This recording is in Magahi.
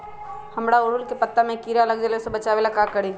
हमरा ओरहुल के पत्ता में किरा लग जाला वो से बचाबे ला का करी?